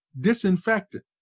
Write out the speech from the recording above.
disinfectant